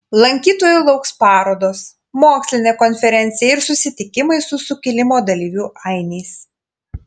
lankytojų lauks parodos mokslinė konferencija ir susitikimai su sukilimo dalyvių ainiais